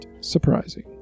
surprising